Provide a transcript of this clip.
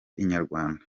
inyarwanda